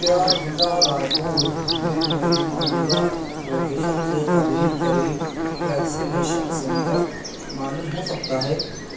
کیا ضلع رائےپور میں میری موجودہ لوکیشن سے قریب ترین ویکسینیشن سنٹر معلوم ہو سکتا ہے